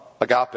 agape